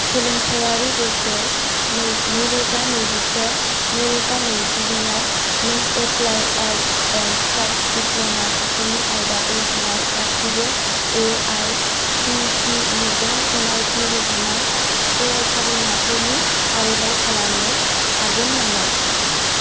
सोलोंथायारि बोसोर नैरोजा नैजिसे नैरोजा नैजिनैआव नों applied arts and crafts diploma थाखोनि आयदाफोर होनाय गासैबो एआइसिटिइजों गनायथि होजानाय फरायसालिमाफोरनि फारिलाइ खालामनो हागोन नामा